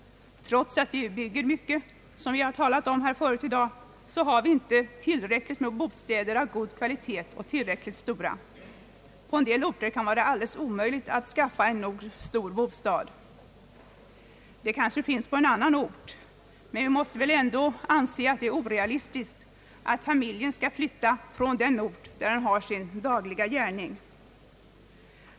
Trots att vi bygger mycket har vi inte tillräckligt med bostäder som är av god kvalitet och tillräckligt stora. På en del orter kan det vara alldeles omöjligt att skaffa en nog stor bostad. Det kanske finns sådan på en annan ort, men vi måste väl anse det orealistiskt att familjen skall flytta från den ort där man har sin dagliga gärning.